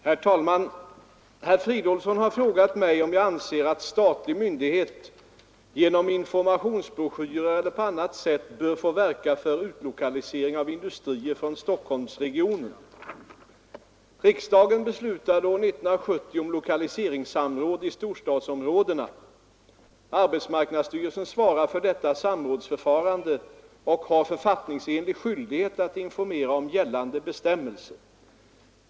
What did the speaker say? Herr talman! Herr Fridolfsson har frågat mig om jag anser att statlig myndighet genom informationsbroschyrer eller på annat sätt bör få verka för utlokalisering av industrier från Stockholmsregionen. Riksdagen beslutade år 1970 om lokaliseringssamråd i storstadsområdena. Arbetsmarknadsstyrelsen svarar för detta samrådsförfarande och har författningsenlig skyldighet att informera om gällande bestämmelser.